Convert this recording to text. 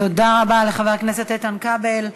תודה רבה לחבר הכנסת איתן כבל.